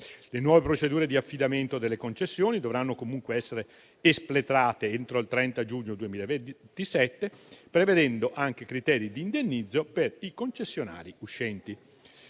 Le nuove procedure di affidamento delle concessioni dovranno comunque essere espletate entro il 30 giugno 2027, prevedendo anche criteri di indennizzo per i concessionari uscenti.